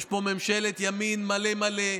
יש פה ממשלת ימין מלא מלא,